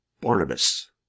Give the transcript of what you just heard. Barnabas